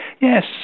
Yes